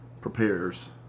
prepares